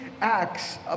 acts